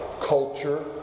Culture